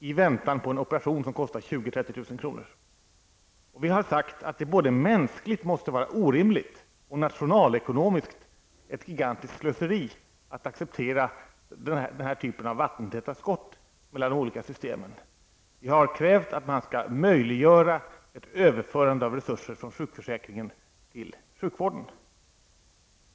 i väntan på en operation som kostar 20 000--30 000 kr. Vi har sagt att det är mänskligt orimligt och nationalekonomiskt ett gigantiskt slöseri att acceptera den här typen av vattentäta skott mellan olika system. Vi har krävt att man skall möjliggöra ett överförande av resurser från sjukförsäkringen till sjukvården.